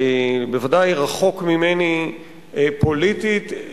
ודאי רחוק ממני פוליטית,